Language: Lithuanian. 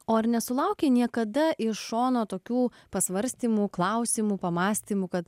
o ar nesulaukei niekada iš šono tokių pasvarstymų klausimų pamąstymų kad